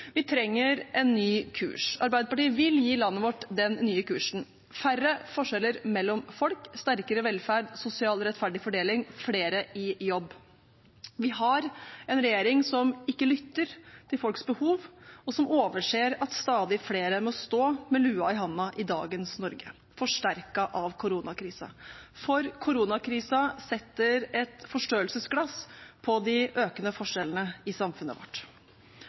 Vi trenger en ny kurs. Arbeiderpartiet vil gi landet vårt den nye kursen: færre forskjeller mellom folk, sterkere velferd, sosialt rettferdig fordeling, flere i jobb. Vi har en regjering som ikke lytter til folks behov, og som overser at stadig flere må stå med lua i hånda i dagens Norge, forsterket av koronakrisen. Koronakrisen setter et forstørrelsesglass på de økende forskjellene i samfunnet vårt.